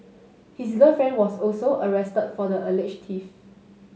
his girlfriend was also arrested for the alleged theft